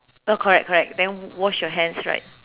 uh correct correct then wash your hands right